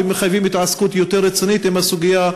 ומחייבים התעסקות יותר רצינית עם הסוגיה.